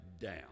down